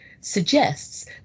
suggests